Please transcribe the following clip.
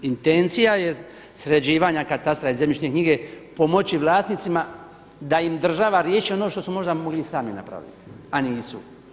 Intencija je sređivanja katastra i zemljišne knjige pomoći vlasnicima da im država riješi ono što su možda mogli sami napraviti, a nisu.